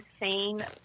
insane